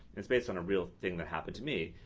it's based on a real thing that happened to me.